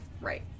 right